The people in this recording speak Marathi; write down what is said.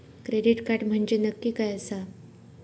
क्रेडिट कार्ड म्हंजे नक्की काय आसा?